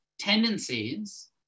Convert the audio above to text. tendencies